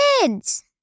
kids